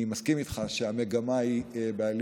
אני מסכים איתך שהמגמה בעלייה,